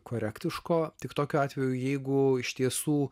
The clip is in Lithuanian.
korektiško tik tokiu atveju jeigu iš tiesų